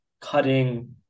cutting